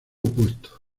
opuesto